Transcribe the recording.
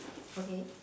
okay